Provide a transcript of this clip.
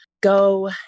go